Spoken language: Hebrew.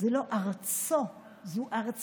זו לא ארצו, זו ארצנו,